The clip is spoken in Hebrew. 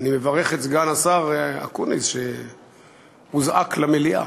אני מברך את סגן השר אקוניס שהוזעק למליאה,